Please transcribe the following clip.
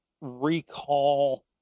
recall